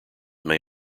may